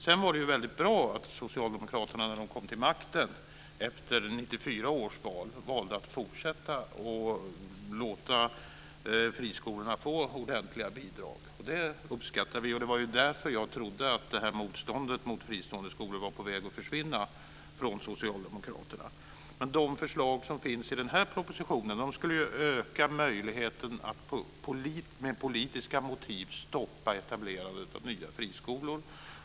Det var väldigt bra att Socialdemokraterna när de kom till makten efter 1994 års val valde att fortsätta ge ordentliga bidrag till friskolorna. Det uppskattade vi. Det var därför jag trodde att motståndet mot fristående skolor var på väg att försvinna från Socialdemokraterna. De förslag som finns i den här propositionen skulle öka möjligheten att med politiska motiv stoppa etablerandet av nya friskolor.